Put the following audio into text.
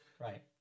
right